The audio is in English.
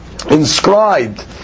inscribed